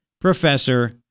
Professor